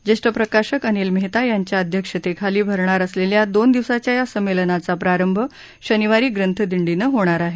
ज्येष्ठ प्रकाशक अनिल मेहता यांच्या अध्यक्षतेखाली भरणार असलेल्या दोन दिवसांच्या या संमेलनाचा प्रारंभ शनिवारी ग्रंथदिंडीनं होणार आहे